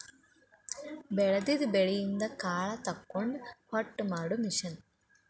ಬೆಳದಿದ ಬೆಳಿಯಿಂದ ಕಾಳ ತಕ್ಕೊಂಡ ಹೊಟ್ಟ ಮಾಡು ಮಿಷನ್